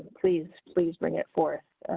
please, please bring it forth.